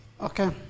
Okay